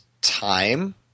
time